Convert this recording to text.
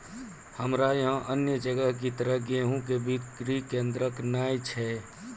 हमरा यहाँ अन्य जगह की तरह गेहूँ के बिक्री केन्द्रऽक नैय छैय?